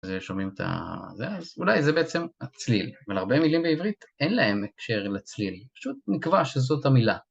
זה שומעים את הזה אז, אולי זה בעצם הצליל. אבל הרבה מילים בעברית אין להם הקשר לצליל, פשוט נקבע שזאת המילה.